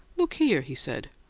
look here, he said.